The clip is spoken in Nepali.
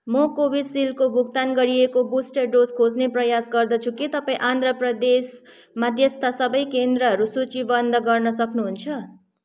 म कोभिसिल्डको भुक्तान गरिएको बुस्टर डोज खोज्ने प्रयास गर्दैछु के तपाईँँ राज्य आन्ध्र प्रदेशमा त्यस्ता सबै केन्द्रहरू सूचीबद्ध गर्न सक्नुहुन्छ